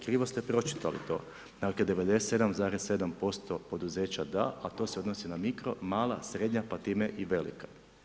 Krivo ste pročitali to, dakle, 97,7% poduzeća da, a to se odnosi na mikro, mala, srednja pa time i velika.